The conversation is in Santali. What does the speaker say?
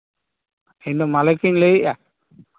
ᱤᱧᱫᱚ ᱢᱟᱹᱞᱤᱠ ᱤᱧ ᱞᱟᱹᱭᱮᱫᱼᱟ